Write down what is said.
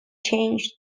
changed